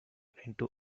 into